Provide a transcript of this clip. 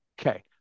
Okay